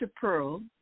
Pearl